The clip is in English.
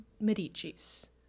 Medici's